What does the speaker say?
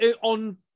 on